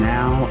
Now